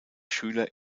schüler